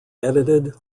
edited